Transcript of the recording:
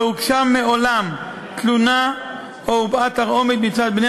לא הוגשה מעולם תלונה או הובעה תרעומת מצד בני